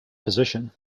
physician